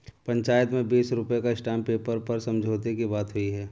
पंचायत में बीस रुपए का स्टांप पेपर पर समझौते की बात हुई है